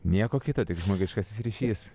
nieko kita tik žmogiškasis ryšys